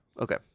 Okay